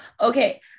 Okay